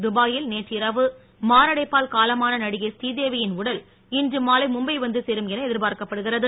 துபா யி ல் நேற்று இரவு மாரடை ப்பா ல் காலமான நடிகை புரீதேவி யி ன் உடல் இன்று மாலை மு ம்பை வந்து சேரு ம் என எ இ ர் பா ர் க்க ப் படுகிறது